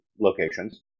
locations